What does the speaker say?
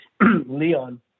Leon